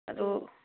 ꯑꯗꯣ